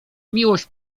miłość